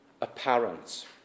apparent